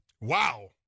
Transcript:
Wow